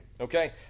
Okay